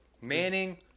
Manning